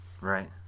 Right